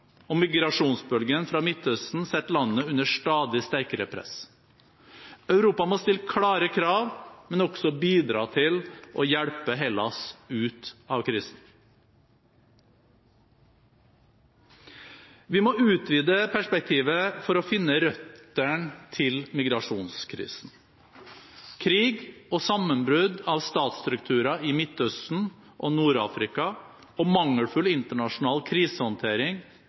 og migrasjonsbølgen fra Midtøsten setter landet under stadig sterkere press. Europa må stille klare krav, men også bidra til å hjelpe Hellas ut av krisen. Vi må utvide perspektivet for å finne røttene til migrasjonskrisen. Krig og sammenbrudd av statsstrukturer i Midtøsten og Nord-Afrika og mangelfull internasjonal krisehåndtering